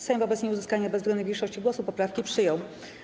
Sejm wobec nieuzyskania bezwzględnej większości głosów poprawki przyjął.